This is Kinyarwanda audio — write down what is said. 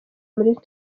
muri